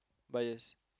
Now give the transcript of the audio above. bias